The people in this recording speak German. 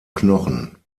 knochen